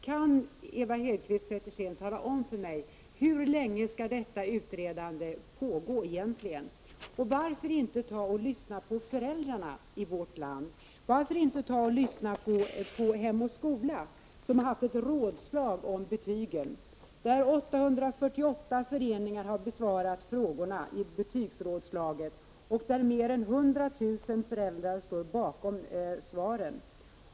Kan Ewa Hedkvist Petersen tala om för mig hur länge detta utredande egentligen skall pågå? Varför inte ta och lyssna på föräldrarna i vårt land? Varför inte ta och lyssna på Hem och Skola, som har haft ett rådslag om betygen där 848 före ningar har besvarat frågorna i rådslaget och mer än 100 000 föräldrar står bakom svaren?